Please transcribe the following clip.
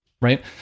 Right